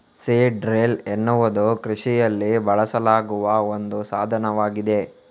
seed drill ಎನ್ನುವುದು ಕೃಷಿಯಲ್ಲಿ ಬಳಸಲಾಗುವ ಒಂದು ಸಾಧನವಾಗಿದೆ